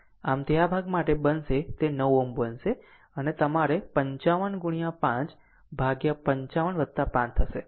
આમ તે આ ભાગ માટે બનશે તે 9 Ω બનશે અને આ તમારે 55 ગુણ્યા 5 વિભાજિત 55 5 થશે